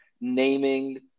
naming